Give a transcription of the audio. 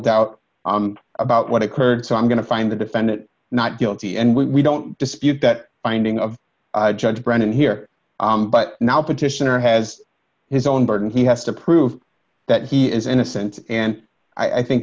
doubt about what occurred so i'm going to find the defendant not guilty and we don't dispute that finding a judge brennan here but now petitioner has his own burden he has to prove that he is innocent and i think